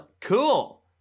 cool